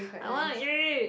I want to eat